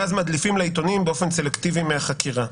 ואז מדליפים לעיתונים באופן סלקטיבי מהחקירה.